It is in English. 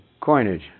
coinage